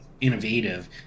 innovative